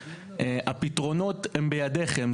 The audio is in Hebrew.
הפתרונות הם בידיכם.